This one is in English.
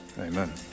Amen